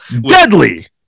Deadly